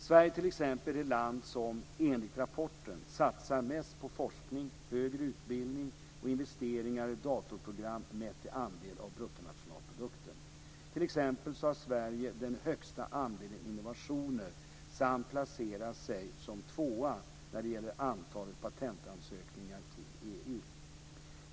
Sverige är t.ex. det land som, enligt rapporten, satsar mest på forskning, högre utbildning och investeringar i datorprogram mätt i andel av bruttonationalprodukten. T.ex. har Sverige den högsta andelen innovationer samt placerar sig som tvåa när det gäller antalet patentansökningar till EU.